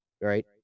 right